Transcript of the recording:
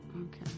Okay